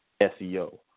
SEO